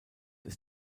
ist